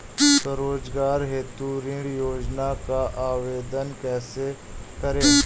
स्वरोजगार हेतु ऋण योजना का आवेदन कैसे करें?